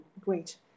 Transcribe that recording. Great